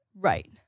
Right